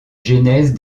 genèse